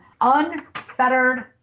unfettered